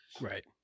Right